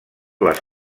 les